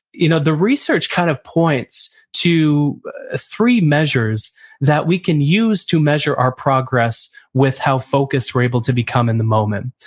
you know the research kind of points to three measures that we can use to measure our progress with how focused we're able to become in the moment.